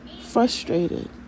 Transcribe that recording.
frustrated